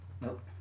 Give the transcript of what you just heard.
nope